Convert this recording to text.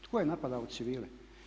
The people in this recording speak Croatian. Tko je napadao civile?